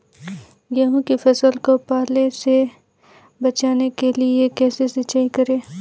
गेहूँ की फसल को पाले से बचाने के लिए कैसे सिंचाई करें?